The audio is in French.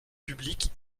publique